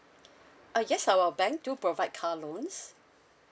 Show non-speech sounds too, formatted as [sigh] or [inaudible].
[breath] uh yes our bank do provide car loans